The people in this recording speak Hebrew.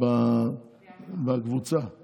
אי-אפשר לדבר רק על הנושאים שלך.